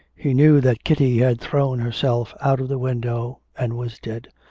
he knew that kitty had thrown herself out of the window and was dead.